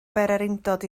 bererindod